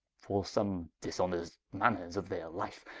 for some dishonest manners of their life,